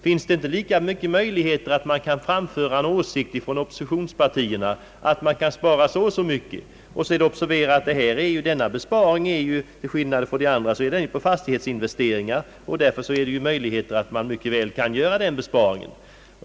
Finns det inte lika stora möjligheter att framföra en åsikt från oppositionspartierna om att man kan genomföra vissa besparingar? Det är att observera att denna besparing till skillnad från andra tar sikte på fastighetsinvesteringar, och därför kan man mycket väl göra den.